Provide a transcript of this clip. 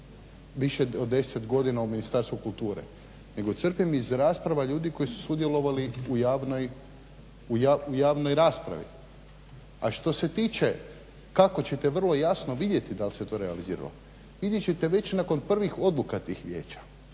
više od deset godina u Ministarstvu kulture, nego crpim iz rasprava ljudi koji su sudjelovali u javnoj raspravi. A što se tiče kako ćete vrlo jasno vidjeti da li se to realiziralo vidjet ćete već nakon prvih odluka tih vijeća.